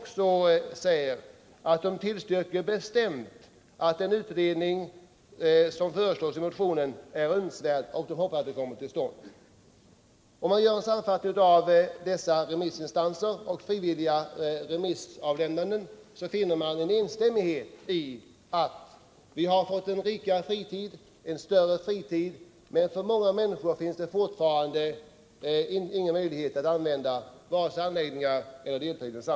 Kommittén tillstyrker bestämt att den utredning som föreslås i motionen kommer till stånd. Om man gör en sammanfattning av vad som framförts i samband med frivilliga remissavlämnanden och i svaren från remissinstanserna finner man en samstämmighet i bedömningen att vi har fått en rikare och längre fritid men att fortfarande många människor inte har möjlighet att delta i fritidsverksamheten eller utnyttja de anläggningar som finns.